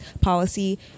policy